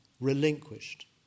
relinquished